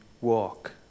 walk